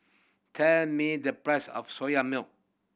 tell me the price of Soya Milk